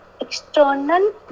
external